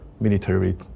military